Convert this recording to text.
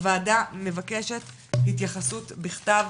הוועדה מבקשת התייחסות בכתב